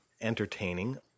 entertaining